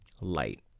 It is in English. light